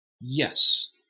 Yes